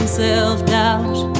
self-doubt